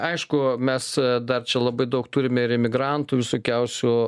aišku mes dar čia labai daug turime ir imigrantų visokiausių